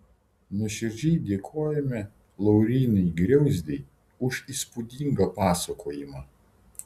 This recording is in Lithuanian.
nuoširdžiai dėkojame laurynui griauzdei už įspūdingą pasakojimą